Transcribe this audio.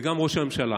וגם ראש הממשלה.